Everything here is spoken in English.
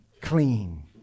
clean